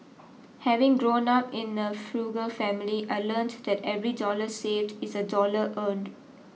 having grown up in a frugal family I learnt that every dollar saved is a dollar earned